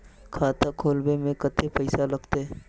खाता खोलबे में कते पैसा लगते?